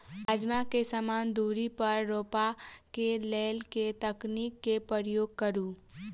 राजमा केँ समान दूरी पर रोपा केँ लेल केँ तकनीक केँ प्रयोग करू?